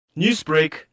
Newsbreak